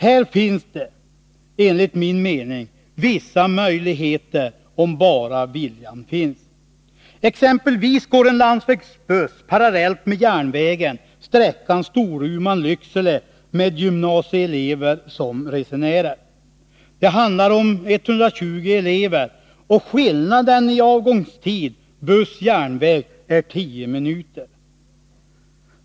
Här finns det, enligt min mening, vissa möjligheter om bara viljan finns. Exempelvis går en landsvägsbuss parallellt med järnvägen sträckan Storuman-Lycksele med gymnasieelever som resenärer. Det handlar om 120 elever, och skillnaden i avgångstid buss-järnväg är tio minuter.